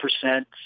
percent